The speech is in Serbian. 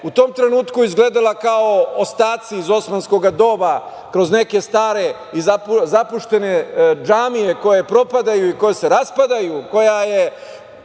u tom trenutku izgledala kao ostaci iz osmanskog doba, kroz neke stare i zapuštene džamije koje propadaju i koje se raspadaju, koja je